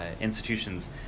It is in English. institutions